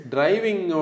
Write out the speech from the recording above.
Driving